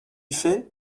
fait